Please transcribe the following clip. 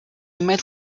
met